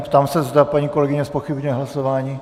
Ptám se, zda paní kolegyně zpochybňuje hlasování.